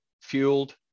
fueled